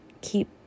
keep